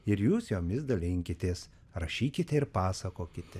ir jūs jomis dalinkitės rašykite ir pasakokite